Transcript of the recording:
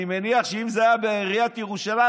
אני מניח שאם זה היה בעיריית ירושלים,